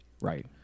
right